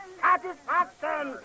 satisfaction